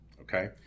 Okay